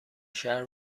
شهر